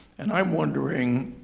and i'm wondering,